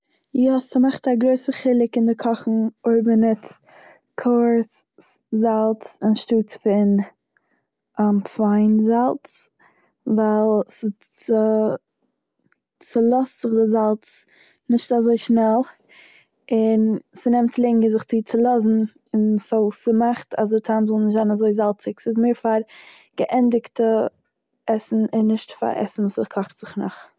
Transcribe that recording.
יא, ס'מאכט א גרויסע חילוק אין די קאכן אויב מ'נוצט זאלץ אנשטאטס פון זאלץ, ווייל ס'- ס'צולאזט זיך די זאלץ נישט אזוי שנעל און ס'נעמט לענגער זיך צו צולאזן, סאו ס'מאכט אז די טעם זאל נישט זיין אזוי זאלציג, ס'איז מער פאר געענדיגטע עסן און נישט פאר עסן וואס ס'קאכט זיך נאך.